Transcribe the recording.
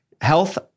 health